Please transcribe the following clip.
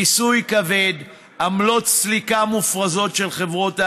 מיסוי כבד, עמלות סליקה מופרזות של חברות האשראי,